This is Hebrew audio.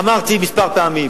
אמרתי כמה פעמים: